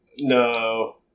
No